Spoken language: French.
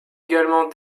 également